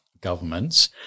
governments